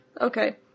Okay